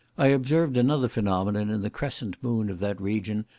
i observed another phenomenon in the crescent moon of that region,